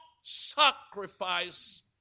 sacrifice